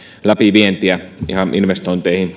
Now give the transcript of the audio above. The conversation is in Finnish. läpivientiä ihan investointeihin